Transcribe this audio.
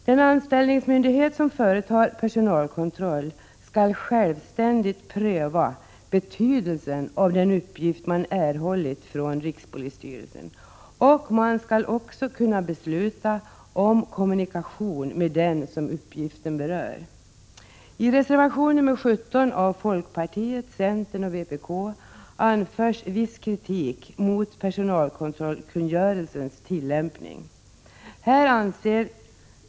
Den anställningsmyndighet som företar personalkontroll skall självständigt pröva betydelsen av den uppgift man erhållit från rikspolisstyrelsen, och man skall också kunna besluta om kommunikation med den som uppgiften berör. I reservation 17 av folkpartiet, centern och vpk anförs viss kritik mot personalkontrollkungörelsens tillämpning.